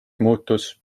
muutus